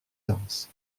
danses